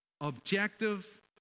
objective